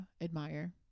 admire